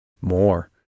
More